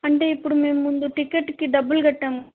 అంటే ఇప్పుడు మేము ముందు టికెట్కి డబ్బులు కట్టాం